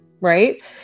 right